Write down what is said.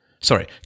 sorry